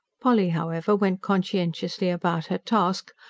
polly, however, went conscientiously about her task,